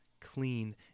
clean